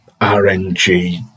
RNG